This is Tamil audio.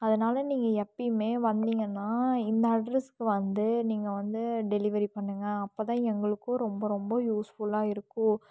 அதனால நீங்கள் எப்போயுமே வந்தீங்கன்னால் இந்த அட்ரஸுக்கு வந்து நீங்கள் வந்து டெலிவரி பண்ணுங்க அப்போ தான் எங்களுக்கும் ரொம்ப ரொம்ப யூஸ்ஃபுல்லாக இருக்கும்